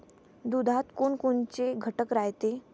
दुधात कोनकोनचे घटक रायते?